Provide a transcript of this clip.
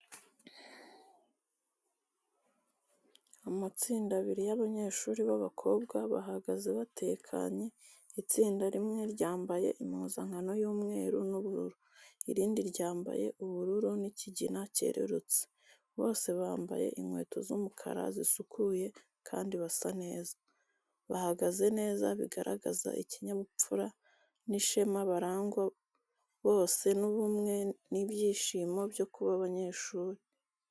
Amatsinda abiri y’abanyeshuri b’abakobwa, bahagaze batekanye, itsinda rimwe ryambaye impuzankano y’umweru n’ubururu, irindi ryambaye ubururu n’ikigina cyerurutse. Bose bambaye inkweto z’umukara zisukuye kandi basa neza. Bahagaze neza, bigaragaza ikinyabupfura n’ishema, barangwa bose n’ubumwe n’ibyishimo byo kuba abanyeshuri.